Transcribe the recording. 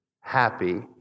happy